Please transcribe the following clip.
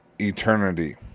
eternity